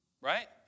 Right